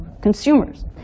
consumers